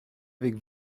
avec